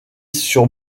sur